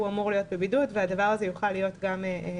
אמור להיות בבידוד והדבר הזה יוכל להיות נאכף.